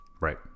right